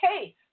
okay